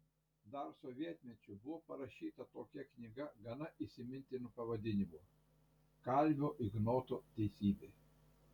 dar sovietmečiu buvo parašyta tokia knyga gana įsimintinu pavadinimu kalvio ignoto teisybė